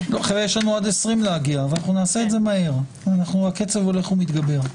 עד 20 ואנחנו נעשה את זה מהר, הקצב הולך ומתגבר.